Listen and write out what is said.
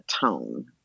tone